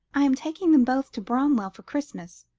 i am taking them both to bramwell for christmas,